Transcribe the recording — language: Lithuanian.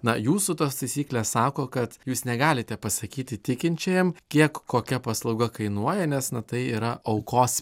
na jūsų tos taisyklės sako kad jūs negalite pasakyti tikinčiajam kiek kokia paslauga kainuoja nes na tai yra aukos